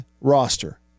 roster